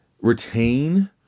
retain